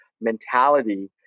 mentality